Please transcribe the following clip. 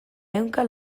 ehunka